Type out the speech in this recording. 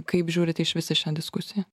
kaip žiūrit išvis į šią diskusiją